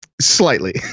Slightly